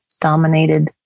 dominated